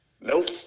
Nope